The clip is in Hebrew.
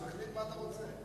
תחליט מה אתה רוצה,